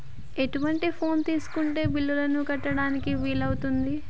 ఎటువంటి ఫోన్ తీసుకుంటే బిల్లులను కట్టడానికి వీలవుతది?